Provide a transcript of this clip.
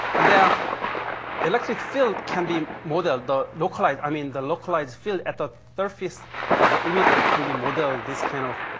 and the electric field can be modeled. the localized i mean, the localized field at the surface of the emitter can be modeled this kind of